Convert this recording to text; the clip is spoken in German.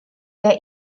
der